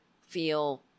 feel